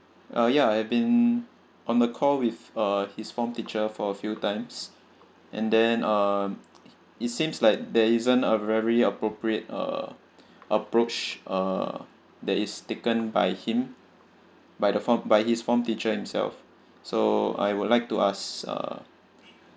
uh ya I've been on the call with uh his form teacher for a few times and then uh it seems like there isn't a very appropriate uh approach uh that is taken by him by the form by his form teacher himself so I would like to ask uh